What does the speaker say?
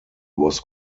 was